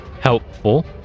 Helpful